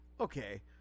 Okay